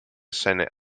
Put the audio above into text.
seine